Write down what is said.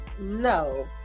No